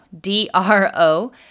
D-R-O